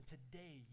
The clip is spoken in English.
today